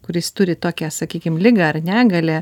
kuris turi tokią sakykim ligą ar negalią